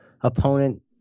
opponent